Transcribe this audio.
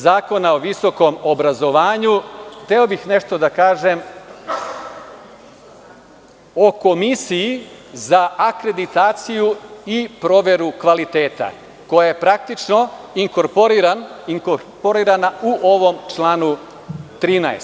Zakona o visokom obrazovanju, hteo bih nešto da kažem o Komisiji za akreditaciju i proveru kvaliteta, koja je praktično ikorporirana u ovom članu 13.